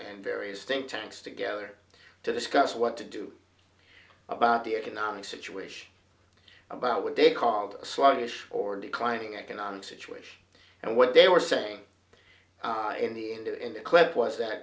and various think tanks together to discuss what to do about the economic situation about what they called a sluggish or declining economic situation and what they were saying in the end in the clip was that